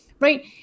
right